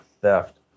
Theft